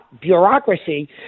bureaucracy